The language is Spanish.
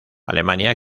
alemania